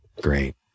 Great